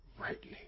rightly